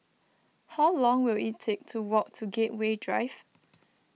how long will it take to walk to Gateway Drive